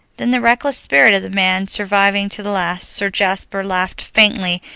then, the reckless spirit of the man surviving to the last, sir jasper laughed faintly,